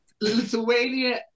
Lithuania